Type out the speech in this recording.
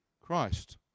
Christ